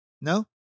No